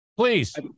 Please